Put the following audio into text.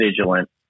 vigilant